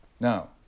Now